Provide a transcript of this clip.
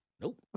Nope